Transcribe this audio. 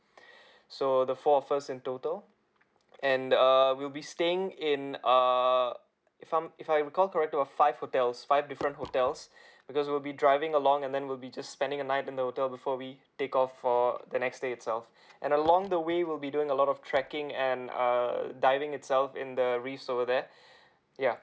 so the four of us in total and uh we'll be staying in err if I'm if I recall correct to err five hotels five different hotels because we'll be driving along and then we'll be just spending the night in the hotel before we take off for the next day itself and along the way we'll be doing a lot of trekking and err diving itself in the risk over there ya